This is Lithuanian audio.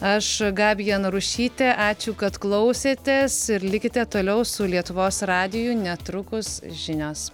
aš gabija narušytė ačiū kad klausėtės ir likite toliau su lietuvos radiju netrukus žinios